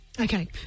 Okay